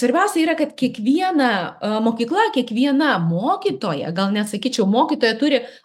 svarbiausia yra kad kiekviena mokykla kiekviena mokytoja gal net sakyčiau mokytoja turi